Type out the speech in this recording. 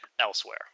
elsewhere